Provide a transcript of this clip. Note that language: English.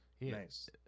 Nice